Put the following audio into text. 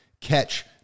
catch